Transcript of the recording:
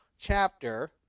chapter